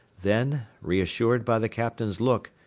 then, reassured by the captain's look,